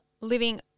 living